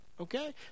Okay